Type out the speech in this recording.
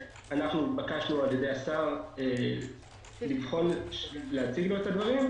התבקשנו על-ידי השר, להציג לו את הדברים,